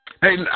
Hey